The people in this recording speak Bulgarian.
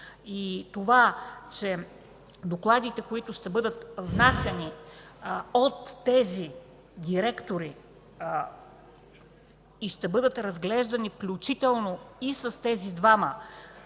Това че докладите, които ще бъдат внасяни от тези директори и ще бъдат разглеждани, включително и с този външен